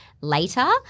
later